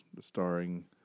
starring